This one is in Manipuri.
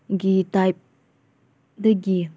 ꯒꯤ ꯇꯥꯏꯞꯇꯒꯤ